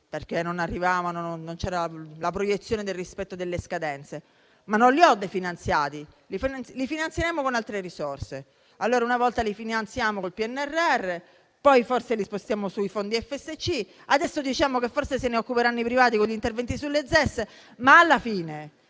o mancava la proiezione del rispetto delle scadenze, ma non erano stati definanziati, perché sarebbero stati finanziati con altre risorse. Allora, una volta li finanziamo col PNRR, poi forse li spostiamo sui fondi FSC; adesso, diciamo che forse se ne occuperanno i privati con gli interventi sulle ZES; alla fine,